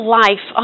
life